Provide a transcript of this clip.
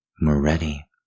Moretti